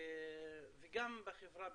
וגם בחברה בכלל,